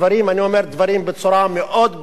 אני אומר דברים בצורה מאוד ברורה.